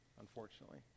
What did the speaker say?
unfortunately